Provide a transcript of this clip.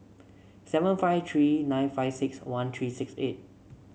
seven five three nine five six one three six eight